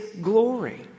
glory